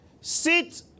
sit